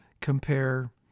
compare